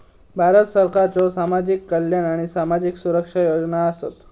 भारत सरकारच्यो सामाजिक कल्याण आणि सामाजिक सुरक्षा योजना आसत